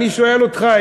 אני שואל אותך,